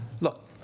Look